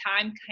time